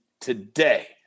today